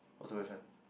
what solution